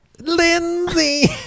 Lindsay